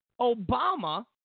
Obama